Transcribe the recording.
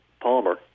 Palmer